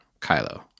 Kylo